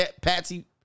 Patsy